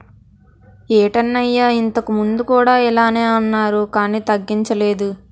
ఏటన్నయ్యా ఇంతకుముందు కూడా ఇలగే అన్నారు కానీ తగ్గించలేదు